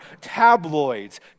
tabloids